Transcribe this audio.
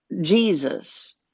Jesus